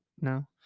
No